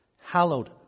hallowed